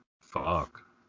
fuck